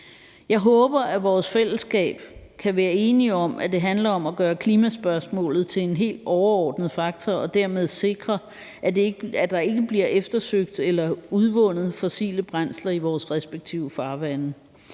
Jeg håber, at vores fællesskab kan være enige om, at det handler om at gøre klimaspørgsmålet til en helt overordnet faktor og dermed sikre, at der ikke bliver eftersøgt eller udvundet fossile brændsler i vores respektive farvande.